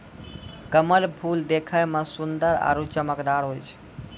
कमल फूल देखै मे सुन्दर आरु चमकदार होय छै